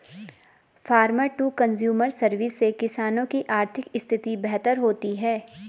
farmer to consumer service से किसानों की आर्थिक स्थिति बेहतर होती है